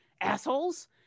assholes